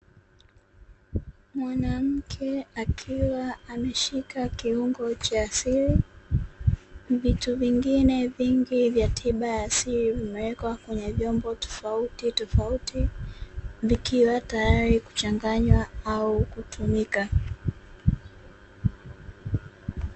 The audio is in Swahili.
Mwanamke akiwa ameshika kiungo cha asili, vitu vingine vingi vya tiba ya asili vimewekwa kwenye vyombo tofauti tofauti, vikiwa tayari kuchanganywa au kutumika.